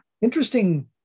interesting